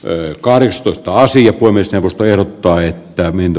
öcalan istuttaa siihen voi myös pelottaa että minä